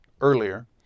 earlier